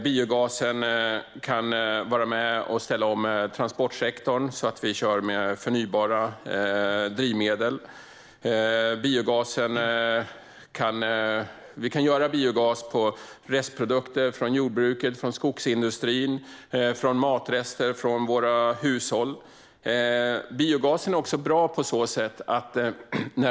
Biogasen kan även vara med och ställa om transportsektorn så att vi kör med förnybara drivmedel. Vi kan göra biogas av restprodukter från jordbruket och skogsindustrin och av matrester från våra hushåll.